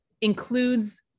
includes